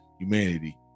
humanity